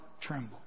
tremble